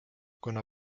kuna